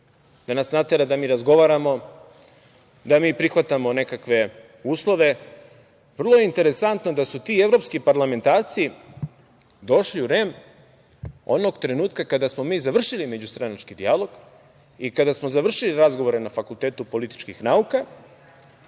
da nas natera da mi razgovaramo, da mi prihvatamo nekakve uslove, vrlo je interesantno da su ti evropski parlamentarci došli u REM onog trenutka kada smo mi završili međustranački dijalog i kada smo završili razgovore na Fakultetu političkih nauka.